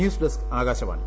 news desk Akashvani